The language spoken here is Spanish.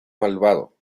malvado